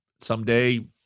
Someday